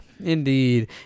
Indeed